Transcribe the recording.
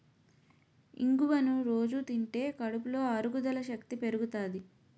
ఇంగువను రొజూ తింటే కడుపులో అరుగుదల శక్తి పెరుగుతాది